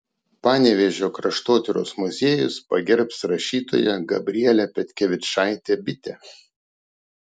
panevėžio kraštotyros muziejus pagerbs rašytoją gabrielę petkevičaitę bitę